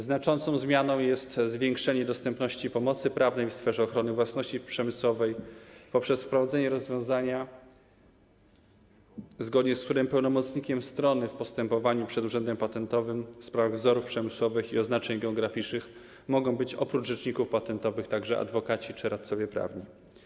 Znaczącą zmianą jest zwiększenie dostępności pomocy prawnej w sferze ochrony własności przemysłowej poprzez wprowadzenie rozwiązania, zgodnie z którym pełnomocnikiem strony w postępowaniu przed Urzędem Patentowym w sprawach wzorów przemysłowych i oznaczeń geograficznych mogą być, oprócz rzeczników patentowych, także adwokaci czy radcowie prawni.